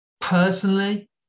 personally